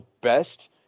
best